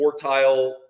quartile